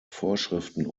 vorschriften